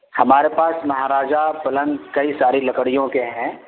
ہمارے پاس مہاراجہ پلنگ کئی ساری لکڑیوں کے ہیں